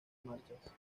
marchas